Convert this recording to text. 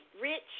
rich